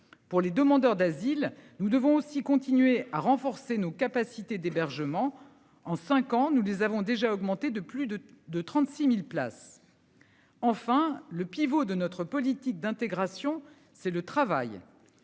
pour les demandeurs d'asile. Nous devons aussi continuer à renforcer nos capacités d'hébergement en 5 ans, nous les avons déjà augmenté de plus de de 36.000 places. Enfin le pivot de notre politique d'intégration. C'est le travail.